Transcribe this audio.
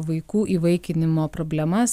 vaikų įvaikinimo problemas